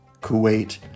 Kuwait